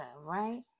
right